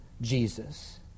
Jesus